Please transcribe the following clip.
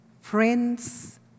friends